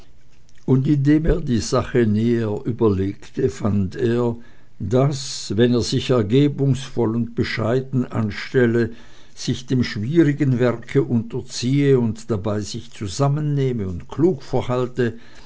und indem er die sache näher überlegte fand er daß wenn er sich ergebungsvoll und bescheiden anstelle sich dem schwierigen werke unterziehe und dabei sich zusammennehme und klug verhalte